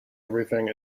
everything